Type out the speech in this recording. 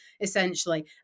essentially